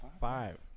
Five